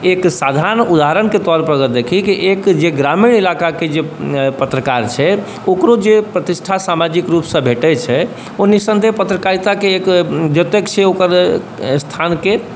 एक साधारण उदाहरणके तौर पर यदि देखी एक जे ग्रामीण इलाकाके जे पत्रकार छै ओकरो जे प्रतिष्ठा सामाजिक रूप से भेटै छै ओ निःसन्देह पत्रकारिताके एक द्योतक छै ओकर अस्थानके